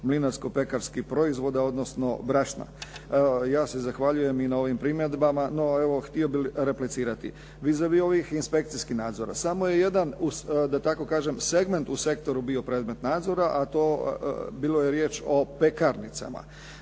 mlinarsko-pekarskih proizvoda, odnosno brašna. Ja se zahvaljujem i na ovim primjedbama, no evo htio bih replicirati. Vis a vis ovih inspekcijskih nadzora. Samo je jedan uz da tako kažem segment u sektoru bio predmet nadzora, a to bilo je riječ o pekarnicama.